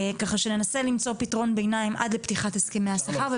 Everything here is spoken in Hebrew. כך שננסה למצוא פתרון ביניים עד לפתיחת הסכמי השכר.